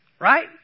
right